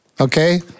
okay